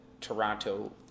Toronto